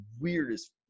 weirdest